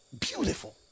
Beautiful